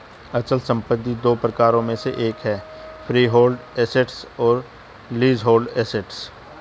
अचल संपत्ति दो प्रकारों में से एक है फ्रीहोल्ड एसेट्स और लीजहोल्ड एसेट्स